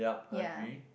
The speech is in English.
ya